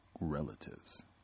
relatives